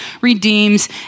redeems